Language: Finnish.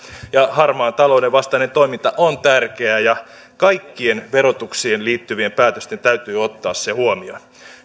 harmaan talouden vastainen toiminta on tärkeää ja kaikkien verotukseen liittyvien päätösten täytyy ottaa se huomioon